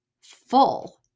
full